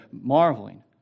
marveling